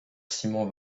simon